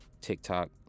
TikTok